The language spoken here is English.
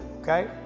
okay